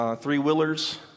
three-wheelers